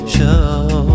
Show